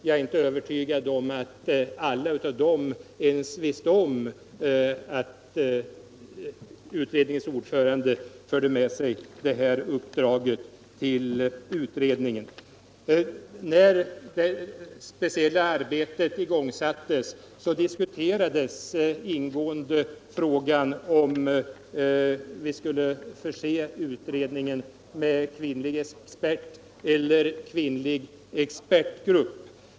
Jag är inte övertygad om att alla av dem ens visste om att utredningens ordförande förde med sig det här uppdraget till utredningen. När det speciella arbetet igångsattes diskuterades ingående frågan om vi skulle förse utredningen med kvinnlig expert eller kvinnlig expertgrupp.